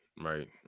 Right